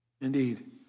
Indeed